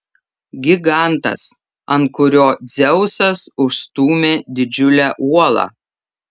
gigantas ant kurio dzeusas užstūmė didžiulę uolą